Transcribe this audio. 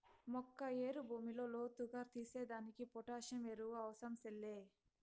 మొక్క ఏరు భూమిలో లోతుగా తీసేదానికి పొటాసియం ఎరువు అవసరం సెల్లే